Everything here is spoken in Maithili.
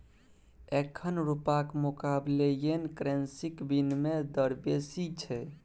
एखन रुपाक मुकाबले येन करेंसीक बिनिमय दर बेसी छै